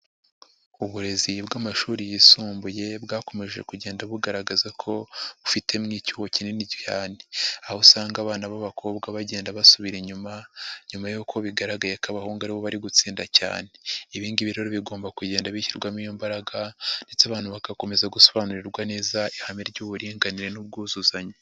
Uburezi bw'amashuri yisumbuye bwakomeje kugenda bugaragaza ko bufitemo icyuho kinini cyane, aho usanga abana b'abakobwa bagenda basubira inyuma, nyuma y'uko bigaragaye ko abahungu ari bo bari gutsinda cyane, ibi ngibi rero bigomba kugenda bishyirwamo imbaraga ndetse abantu bagakomeza gusobanurirwa neza ihame ry'uburinganire n'ubwuzuzanye.